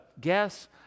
guess